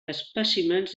espècimens